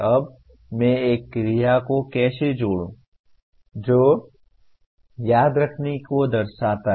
अब मैं एक क्रिया को कैसे जोड़ूं जो याद रखने को दर्शाता है